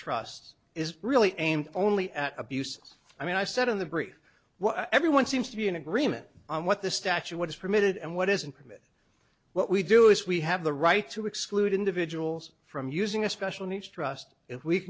trusts is really aimed only at abuse i mean i said in the break well everyone seems to be in agreement on what the statue what is permitted and what isn't permitted what we do is we have the right to exclude individuals from using a special needs trust if we